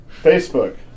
Facebook